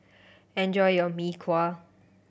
enjoy your Mee Kuah